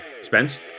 Spence